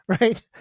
right